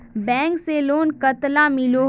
Bank से loan कतला मिलोहो?